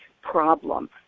problem